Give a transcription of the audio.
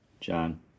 John